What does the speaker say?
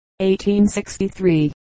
1863